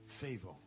Favor